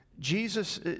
Jesus